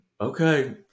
okay